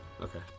Okay